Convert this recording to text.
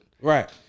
Right